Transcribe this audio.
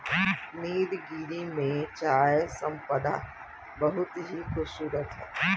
नीलगिरी में चाय संपदा बहुत ही खूबसूरत है